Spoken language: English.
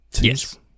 Yes